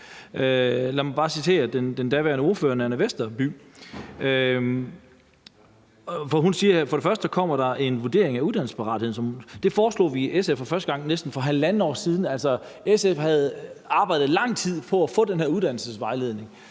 Lad mig bare citere den daværende ordfører, Nanna Westerby, som sagde: For det første kommer der en vurdering af uddannelsesparatheden. Det foreslog vi i SF for første gang for næsten halvandet år siden. SF havde altså arbejdet lang tid på at få den her uddannelsesparathedsvurdering,